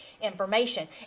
information